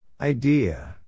Idea